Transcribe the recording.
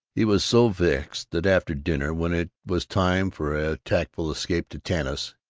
he was so vexed that after dinner, when it was time for a tactful escape to tanis,